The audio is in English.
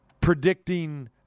predicting